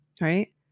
Right